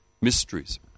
mysteries